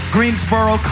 Greensboro